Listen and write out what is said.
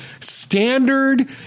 standard